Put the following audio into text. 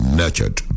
nurtured